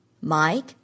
Mike